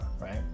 right